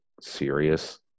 serious